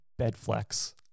Bedflex